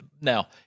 Now